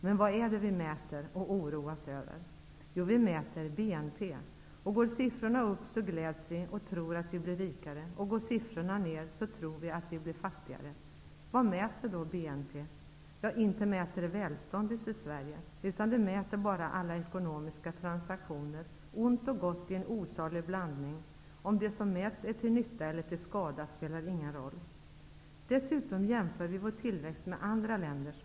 Men vad är det vi mäter och oroas över? Jo, vi mäter BNP. Går siffrorna upp så gläds vi och tror att vi blir rikare och går siffrorna ner så tror vi att vi blir fattigare. Vad mäter då BNP? Ja, inte mäter det välståndet i Sverige, utan det mäter bara alla ekonomiska transaktioner, ont och gott i en osalig blandning. Om det som mäts är till nytta eller skada spelar ingen roll. Dessutom jämför vi vår tillväxt med andra länders.